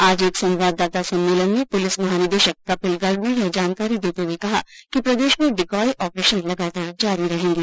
आज एक संवाददाता सम्मेलन में पुलिस महानिदेशक कपिल गर्ग ने यह जानकारी देते हुए कहा कि प्रदेश में डिकॉय ऑपरेशन लगातार जारी रहेंगे